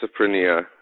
schizophrenia